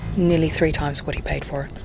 nearly three times what he paid for